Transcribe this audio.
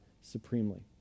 supremely